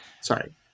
Sorry